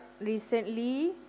recently